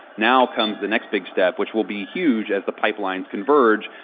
now, comes the next big step, which will be huge as the pipelines converge,